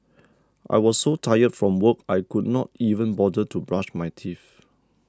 I was so tired from work I could not even bother to brush my teeth